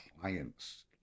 clients